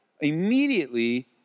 immediately